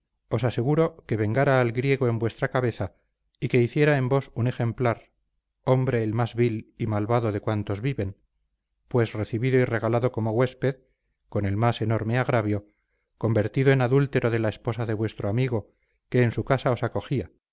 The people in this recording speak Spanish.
os aseguro que vengara al griego en vuestra cabeza y que hiciera en vos un ejemplar hombre el más vil y malvado de cuantos viven pues recibido y regalado como huésped con el más enorme agravio convertido en adúltero de la esposa de vuestro amigo que en su casa os acogía